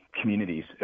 Communities